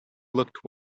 looked